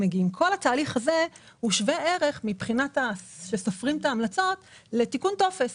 מגיעים כל התהליך הזה הוא שווה ערך כאשר סופרים את ההמלצות לתיקון טופס